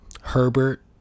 Herbert